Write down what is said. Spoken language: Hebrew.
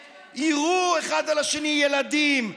ושיירו אחד על השני, ילדים,